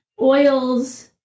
oils